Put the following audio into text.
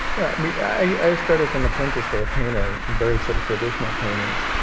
yeah, i mean i started as an apprentice for a painter, very sort of traditional paintings.